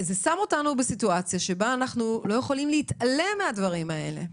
זה שם אותנו בסיטואציה שבה אנחנו לא יכולים להתעלם מהדברים האלה.